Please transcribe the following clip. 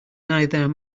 neither